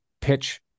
Pitch